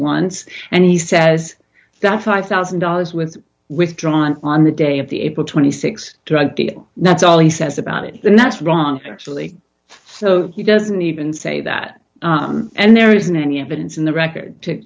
once and he says that five thousand dollars with withdrawn on the day of the april twenty six drug deal that's all he says about it and that's wrong for actually so he doesn't even say that and there isn't any evidence in the record to